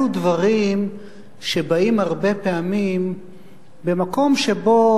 אלה דברים שבאים הרבה פעמים במקום שבו,